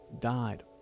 died